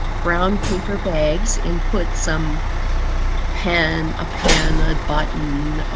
brown paper bags and put some pen, a pen, a button,